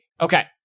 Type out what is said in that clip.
Okay